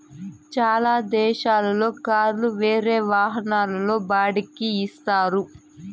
చాలా దేశాల్లో కార్లు వేరే వాహనాల్లో బాడిక్కి ఇత్తారు